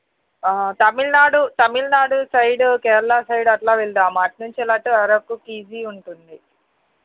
Tamil Nadu Tamil Nadu side Kerala side అట్లా వెళ్దాం అటు నుంచి అటు అరకుకి ఈజీగా ఉంటుంది